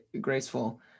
graceful